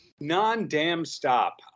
Non-damn-stop